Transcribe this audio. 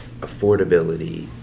affordability